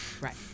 Right